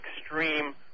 extreme